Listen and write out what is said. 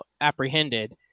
apprehended